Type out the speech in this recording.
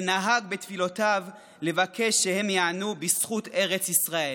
ונהג בתפילותיו לבקש שהם ייענו בזכות ארץ ישראל.